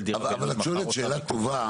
אבל את שואלת שאלה טובה.